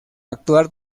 actuar